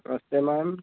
नमस्ते मैम